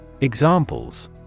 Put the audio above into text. Examples